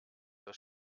das